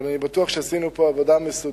אבל אני בטוח שעשינו פה עבודה מסודרת